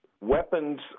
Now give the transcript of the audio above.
weapons